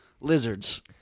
Lizards